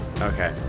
Okay